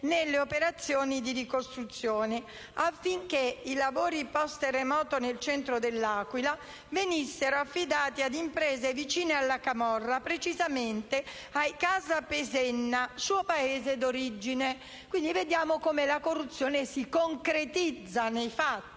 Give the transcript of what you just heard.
nelle operazioni di ricostruzione, affinché i lavori *post* terremoto nel centro dell'Aquila venissero affidati ad imprese vicine alla camorra, precisamente di Casapesenna, suo paese d'origine. Vediamo così come la corruzione si concretizza nei fatti.